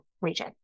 region